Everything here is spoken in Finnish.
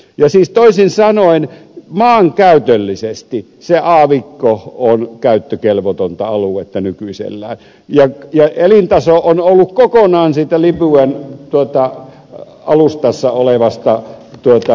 ja siis toisin sanoen maankäytöllisesti se aavikko on käyttökelvotonta aluetta nykyisellään ja elintaso on ollut kokonaan siitä libyan alustassa olevasta raakaöljystä kiinni